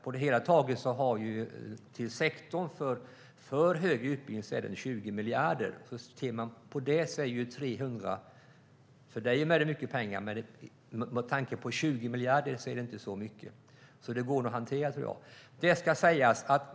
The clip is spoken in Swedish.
På det hela taget finns för sektorn för högre utbildning 20 miljarder. För dig och mig är det mycket pengar, men jämfört med 20 miljarder är det inte så mycket. Det går nog att hantera.